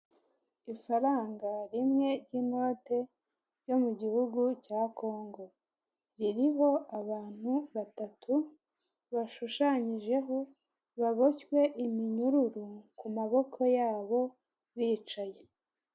Ifaranga rimwe ry'inote yo mu gihugu cya Kongo. Ririho abantu batatu bashushanyijeho, baboshywe iminyururu ku maboko yabo, bicaye.